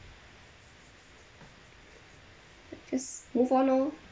just move on loh